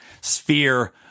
sphere